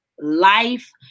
Life